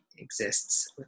Exists